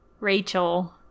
Rachel